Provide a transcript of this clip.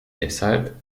deshalb